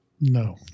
No